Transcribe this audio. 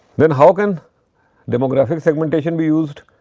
then, how can demographic segmentation be used?